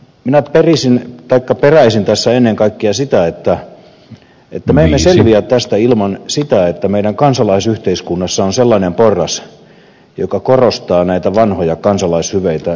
minä peräisin tässä ennen kaikkea sitä että me emme selviä tästä ilman sitä että meidän kansalaisyhteiskunnassamme on sellainen porras joka korostaa näitä vanhoja kansalaishyveitä